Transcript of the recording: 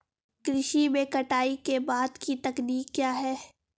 कृषि में कटाई के बाद की तकनीक क्या है?